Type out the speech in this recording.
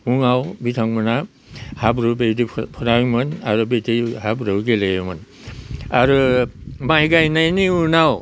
फुङाव बिथांमोनहा हाब्रु बेबायदि फोनाङोमोन आरो बिदि हाब्रुआव गेलेयोमोन आरो माइ गायनायनि उनाव